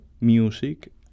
music